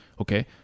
okay